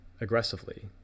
aggressively